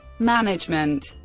management